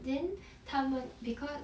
then 他们 because